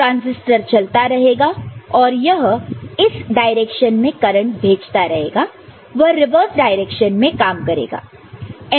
transistor चलता रहेगा और यह इस डायरेक्शन में करंट भेजता रहेगा वह रिवर्स डायरेक्शन में काम करेगा